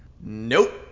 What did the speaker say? Nope